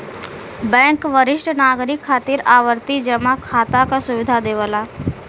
bank वरिष्ठ नागरिक खातिर आवर्ती जमा खाता क सुविधा देवला